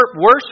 worse